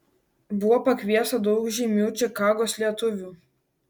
buvo pakviesta daug žymių čikagos lietuvių